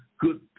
good